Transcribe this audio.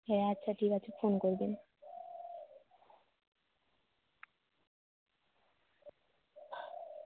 হ্যাঁ আচ্ছা ঠিক আছে ফোন করবেন